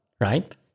right